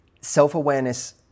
self-awareness